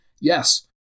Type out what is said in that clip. yes